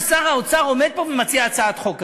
ששר האוצר עומד פה ומציע הצעת חוק כזאת.